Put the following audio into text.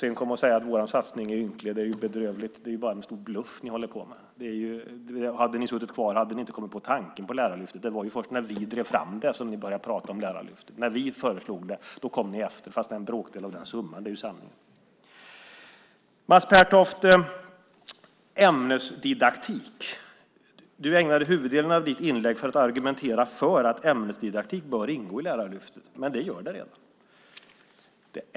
Att säga att vår satsning är ynklig är ju bedrövligt. Det är bara en stor bluff. Om ni hade suttit kvar hade ni inte kommit på tanken med Lärarlyftet. Det var först när vi drev fram det som ni började prata om Lärarlyftet. När vi föreslog det kom ni efter, men med en bråkdel av summan. Det är sanningen. Mats Pertoft talade om ämnesdidaktik. Du ägnade huvuddelen av ditt inlägg åt att argumentera för att ämnesdidaktik bör ingå i Lärarlyftet. Det gör det redan.